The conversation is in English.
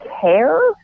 care